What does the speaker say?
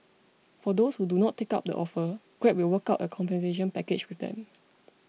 for those who do not take up the offer Grab will work out a compensation package with them